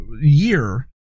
year